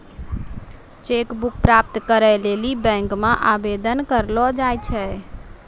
cheque book प्राप्त करै लेली बैंक मे आवेदन करलो जाय छै